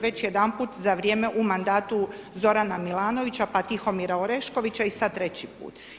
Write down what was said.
Već jedanput za vrijeme u mandatu Zorana Milanovića pa Tihomira Oreškovića i sada treći put.